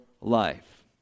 life